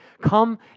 come